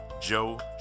Joe